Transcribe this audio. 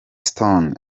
stone